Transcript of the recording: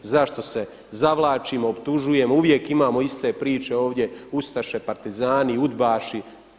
Zašto se zavlačimo, optužujemo, uvijek imamo iste priče ovdje ustaše, partizani, udbaši.